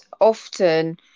often